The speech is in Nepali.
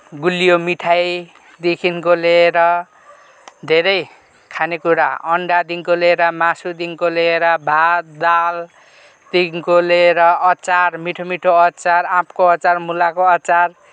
गुलियो मिठाईदेखिको लिएर धेरै खानेकुरा अन्डादेखिको लिएर मासुदेखिको लिएर भात दालदेखिको लिएर अचार मिठो मिठो अचार आँपको अचार मुलाको अचार